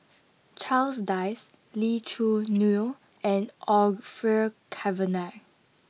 Charles Dyce Lee Choo Neo and Orfeur Cavenagh